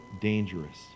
dangerous